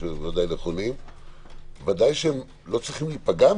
שהם ודאי נכונים - ודאי שהם לא צריכים להיפגע מזה.